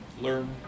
learn